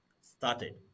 started